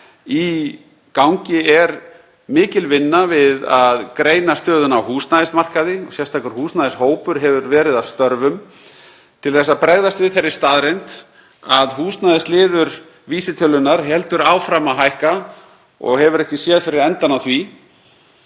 Í gangi er mikil vinna við að greina stöðuna á húsnæðismarkaði. Sérstakur húsnæðishópur hefur verið að störfum til að bregðast við þeirri staðreynd að húsnæðisliður vísitölunnar heldur áfram að hækka og hefur ekki séð fyrir endann á því.